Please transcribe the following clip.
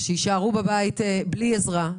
יישארו בבית בלי עזרה.